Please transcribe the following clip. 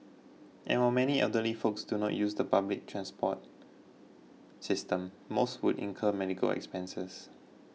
and while many elderly folks do not use the public transport system most would incur medical expenses